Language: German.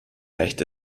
reicht